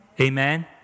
Amen